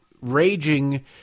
raging